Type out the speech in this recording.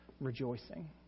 rejoicing